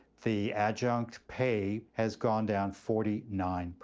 the adjunct pay has gone down forty nine.